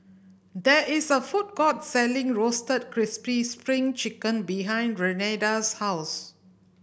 there is a food court selling Roasted Crispy Spring Chicken behind Renada's house